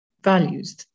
values